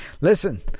listen